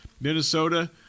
Minnesota